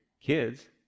kids